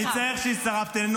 רון כץ (יש עתיד): אני שמח שהצטרפת אלינו.